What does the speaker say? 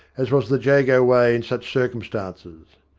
as was the jago way in such circumstances.